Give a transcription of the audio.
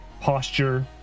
posture